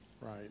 right